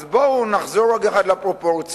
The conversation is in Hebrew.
אז בואו נחזור רגע אחד לפרופורציות.